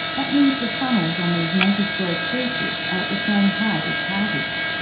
that means the funnels on these multi-storey cruise ships are at the same height as houses.